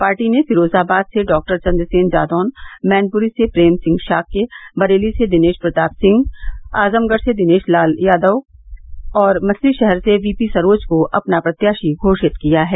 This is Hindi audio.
पार्टी ने फिरोजाबाद से डॉक्टर चन्द्रसेन जादौन मैनपुरी से प्रेम सिंह शाक्य रायबरेली से दिनेश प्रताप सिंह आजमगढ़ से दिनेश लाल यादव और मछलीशहर से वीपी सरोज को अपना प्रत्याशी घोषित किया है